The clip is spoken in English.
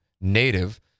native